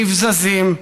נבזזים,